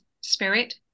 spirit